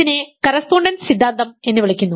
ഇതിനെ കറസ്പോണ്ടൻസ് സിദ്ധാന്തം എന്ന് വിളിക്കുന്നു